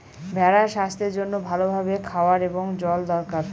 ভেড়ার স্বাস্থ্যের জন্য ভালো ভাবে খাওয়ার এবং জল দরকার